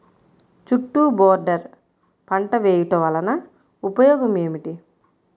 చుట్టూ బోర్డర్ పంట వేయుట వలన ఉపయోగం ఏమిటి?